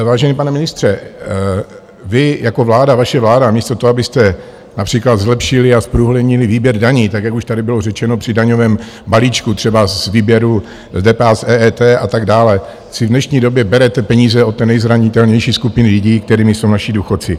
Vážený pane ministře, vy jako vláda, vaše vláda místo toho, abyste například zlepšili a zprůhlednili výběr daní, tak jak už tady bylo řečeno při daňovém balíčku, třeba z výběru DPH z EET a tak dále, si v dnešní době berete peníze od té nejzranitelnější skupiny lidí, kterými jsou naši důchodci.